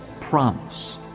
promise